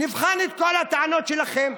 נבחן את כל הטענות שלם,